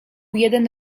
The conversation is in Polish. jeden